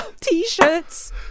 T-shirts